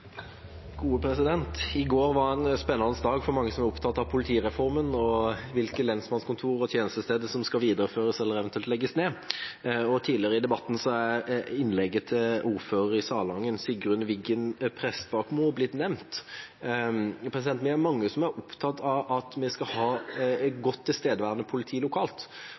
opptatt av politireformen og hvilke lensmannskontor og tjenestesteder som skal videreføres eller eventuelt legges ned. Tidligere i debatten er innlegget til ordfører i Salangen, Sigrun Wiggen Prestbakmo, blitt nevnt. Vi er mange som er opptatt av at vi skal ha et godt, tilstedeværende politi lokalt.